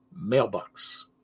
Mailbox